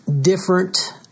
different